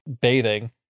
bathing